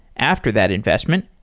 after that investment,